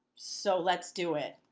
so let's do it!